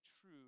true